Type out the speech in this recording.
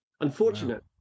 unfortunate